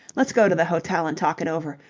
let's go to the hotel and talk it over.